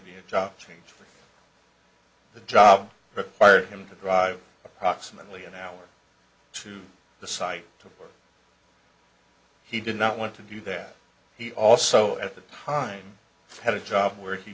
be a job change the job required him to drive approximately an hour to the site to work he did not want to do that he also at that time had a job where he